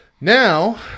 Now